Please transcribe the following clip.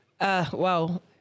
Wow